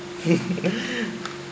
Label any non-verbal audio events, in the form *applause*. *laughs*